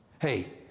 Hey